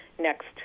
next